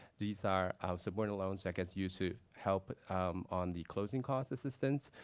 these are supporting loans that gets used to help on the closing cost assistance.